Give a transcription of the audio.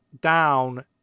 down